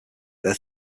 their